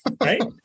Right